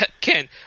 Ken